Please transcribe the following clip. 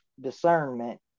discernment